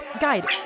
Guide